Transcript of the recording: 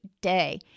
day